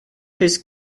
his